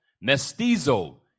Mestizo